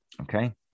Okay